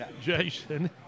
Jason